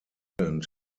legend